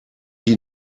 wie